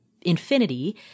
infinity